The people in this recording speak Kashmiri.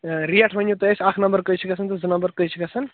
آ ریٹ ؤنِو تُہۍ اسہِ اکھ نمبر کٔہۍ چھُ گژھان تہٕ زٕ نمبر کٔہۍ چھُ گژھان